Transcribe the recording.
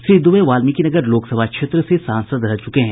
श्री दूबे वाल्मिकीनगर लोकसभा क्षेत्र से सांसद रह चुके हैं